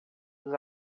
dos